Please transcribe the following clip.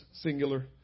singular